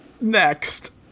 Next